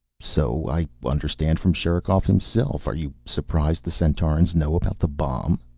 so i understand from sherikov himself. are you surprised the centaurans know about the bomb?